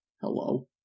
Hello